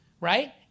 Right